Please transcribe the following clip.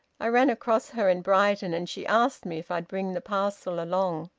i ran across her in brighton, and she asked me if i'd bring the parcel along.